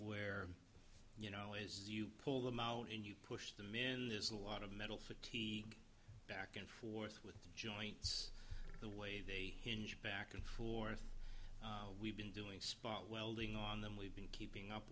where you know as you pull them out and you push them in there's a lot of metal fatigue back and forth with the joints the way they hinge back and forth we've been doing spot welding on them we've been keeping up